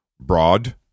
Broad